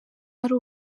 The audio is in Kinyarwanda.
ari